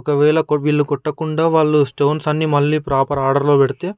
ఒకవేళ వీళ్లు కొట్టకుండా వాళ్ల స్టోన్స్ అన్ని ప్రాపర్ ఆర్డర్లో పెడితే అప్పుడు